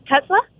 Tesla